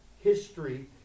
history